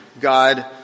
God